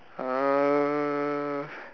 uh